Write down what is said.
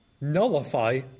nullify